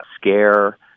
scare